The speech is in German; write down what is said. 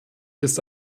ist